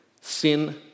Sin